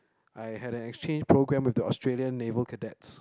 I had an exchange programme with the Australian naval cadets